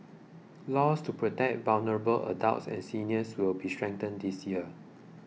laws to protect vulnerable adults and seniors will be strengthened this year